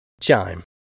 Chime